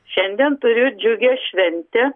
šiandien turiu džiugią šventę